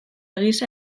gisa